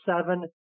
seven